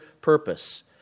purpose—